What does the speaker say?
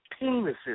penises